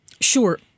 Sure